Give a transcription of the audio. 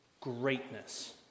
greatness